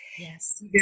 yes